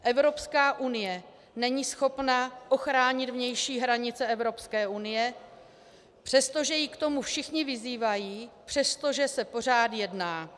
Evropská unie není schopna ochránit vnější hranice Evropské unie, přestože ji k tomu všichni vyzývají, přestože se pořád jedná.